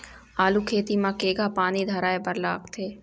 आलू खेती म केघा पानी धराए बर लागथे?